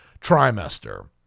trimester